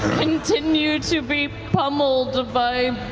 continue to be pummeled by